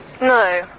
No